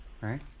right